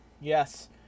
yes